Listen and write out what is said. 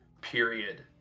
period